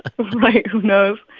right. who knows?